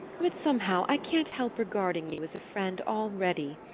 but somehow i can't help regarding you as a friend already.